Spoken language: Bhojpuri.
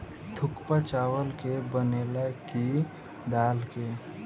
थुक्पा चावल के बनेला की दाल के?